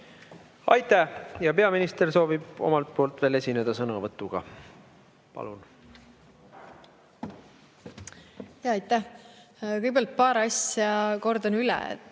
Aitäh! Peaminister soovib omalt poolt veel esineda sõnavõtuga. Palun! Aitäh! Kõigepealt paar asja kordan üle.